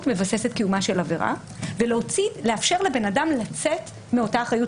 מבססת את קיומה של עבירה ולאפשר לבן אדם לצאת מאותה אחריות